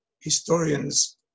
historians